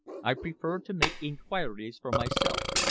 i prefer to make inquiries for myself.